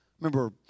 Remember